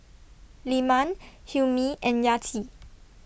Leman Hilmi and Yati